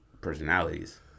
personalities